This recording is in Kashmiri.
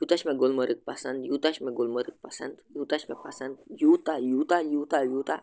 یوٗتاہ چھُ مےٚ گُلمَرگ پَسنٛد یوٗتاہ چھُ مےٚ گُلمَرگ پَسنٛد یوٗتاہ چھُ مےٚ پَسنٛد یوٗتاہ یوٗتاہ یوٗتاہ یوٗتاہ